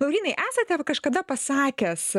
laurynai esat ir kažkada pasakęs